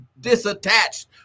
disattached